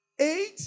eight